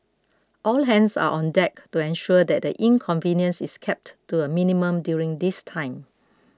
all hands are on deck to ensure that the inconvenience is kept to a minimum during this time